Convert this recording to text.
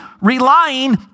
relying